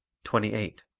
twenty eight.